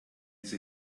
sie